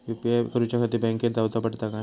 UPI करूच्याखाती बँकेत जाऊचा पडता काय?